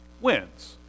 wins